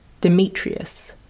Demetrius